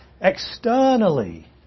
externally